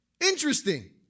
Interesting